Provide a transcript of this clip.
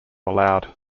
allowed